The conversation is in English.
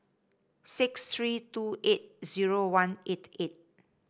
six three two eight zero one eight eight